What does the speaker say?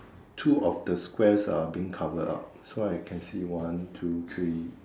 two of the squares are being covered up so I can see one two three